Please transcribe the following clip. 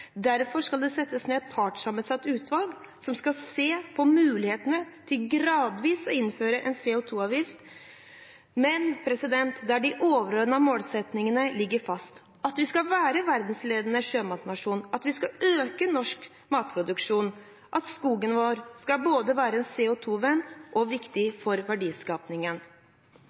Derfor skal det settes ned et partssammensatt utvalg, som skal se på mulighetene til gradvis å innføre en CO 2 -avgift, men der de overordnede målsettingene ligger fast, at vi skal være en verdensledende sjømatnasjon, at vi skal øke norsk matproduksjon, og at skogen vår skal være både en CO 2 -venn og viktig for